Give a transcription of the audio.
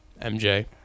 MJ